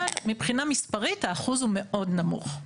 אבל מבחינה מספרית האחוז הוא מאוד נמוך.